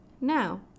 Now